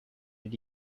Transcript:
did